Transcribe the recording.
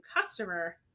customer